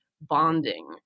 bonding